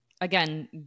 Again